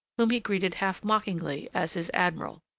whom he greeted half-mockingly as his admiral.